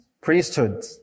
priesthood